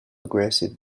aggressive